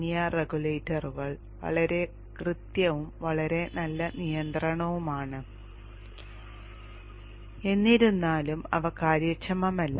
linear റെഗുലേറ്ററുകൾ വളരെ കൃത്യവും വളരെ നല്ല നിയന്ത്രണവുമാണ് എന്നിരുന്നാലും അവ കാര്യക്ഷമമല്ല